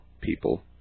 people